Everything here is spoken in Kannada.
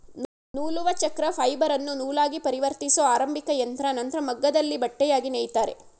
ನೂಲುವಚಕ್ರ ಫೈಬರನ್ನು ನೂಲಾಗಿಪರಿವರ್ತಿಸೊ ಆರಂಭಿಕಯಂತ್ರ ನಂತ್ರ ಮಗ್ಗದಲ್ಲಿ ಬಟ್ಟೆಯಾಗಿ ನೇಯ್ತಾರೆ